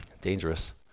Dangerous